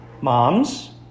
Moms